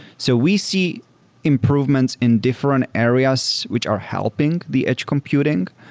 so we see improvements in different areas which are helping the edge computing,